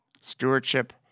stewardship